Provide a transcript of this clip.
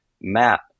map